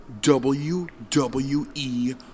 WWE